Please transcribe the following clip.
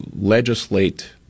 legislate